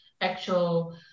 actual